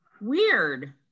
weird